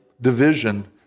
division